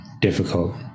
difficult